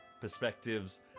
perspectives